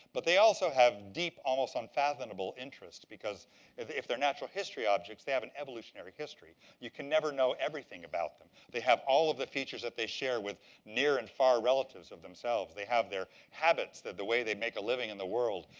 but they also have deep, almost unfathomable interest because if if they're natural history objects, they have an evolutionary history. you can never know everything about them. they have all of the features that they share with near and far relatives of themselves. they have their habits the way they make a living in the world.